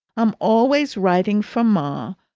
i'm always writing for ma.